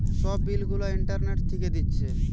সব বিল গুলা ইন্টারনেট থিকে দিচ্ছে